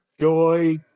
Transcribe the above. Joy